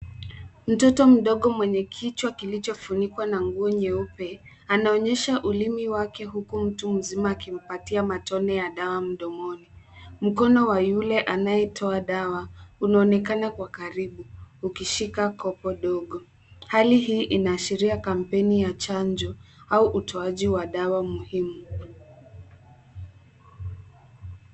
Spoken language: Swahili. Mtoto mdogo mwenye kichwa kilichofunikwa na nguo nyeupe anaonyesha ulimi wake huku mtu mzima akimpatia matone ya dawa mdomoni. Mkono wa yule anayetoa dawa unaonekana kwa karibu ukishika kopo dogo. Hali hii inashiria kampeni ya chanjo au utoaji wa dawa muhimu.